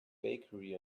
bakery